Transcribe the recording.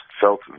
felt